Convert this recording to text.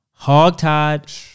hogtied